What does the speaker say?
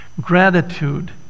Gratitude